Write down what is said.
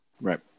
Right